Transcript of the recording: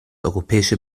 europäische